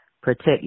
protect